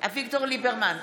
אביגדור ליברמן,